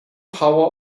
power